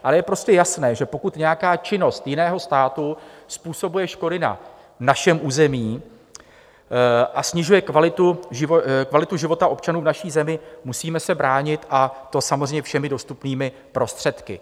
Ale je prostě jasné, že pokud nějaká činnost jiného státu způsobuje škody na našem území a snižuje kvalitu života občanů v naší zemi, musíme se bránit, a to samozřejmě všemi dostupnými prostředky.